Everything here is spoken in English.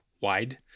wide